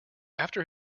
after